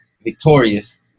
victorious